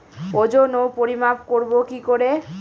ওজন ও পরিমাপ করব কি করে?